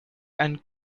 and